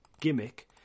gimmick